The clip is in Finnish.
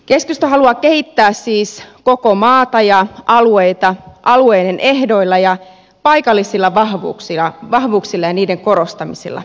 keskusta haluaa kehittää siis koko maata ja alueita alueiden ehdoilla ja paikallisilla vahvuuksilla ja niiden korostamisilla